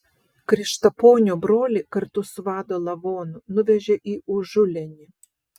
krikštaponio brolį kartu su vado lavonu nuvežė į užulėnį